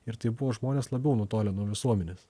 ir tai buvo žmonės labiau nutolę nuo visuomenės